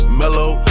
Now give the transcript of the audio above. mellow